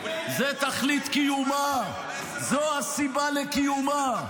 זו תכלית קיומה, זו הסיבה לקיומה.